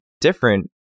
different